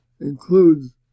includes